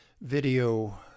video